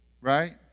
Right